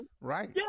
Right